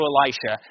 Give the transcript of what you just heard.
Elisha